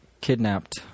kidnapped